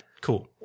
Cool